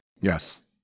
Yes